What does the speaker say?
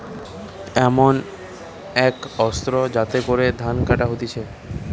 এমন এক অস্ত্র যাতে করে ধান কাটা হতিছে